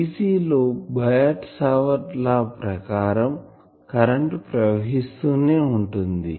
Dc లో Biot Savart law ప్రకారం current ప్రవహిస్తూ నే ఉంటుంది